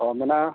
ᱦᱮᱸ ᱢᱮᱱᱟᱜᱼᱟ